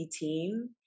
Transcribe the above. team